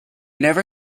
never